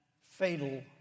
fatal